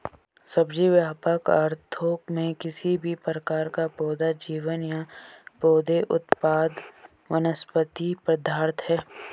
सब्जी, व्यापक अर्थों में, किसी भी प्रकार का पौधा जीवन या पौधे उत्पाद वनस्पति पदार्थ है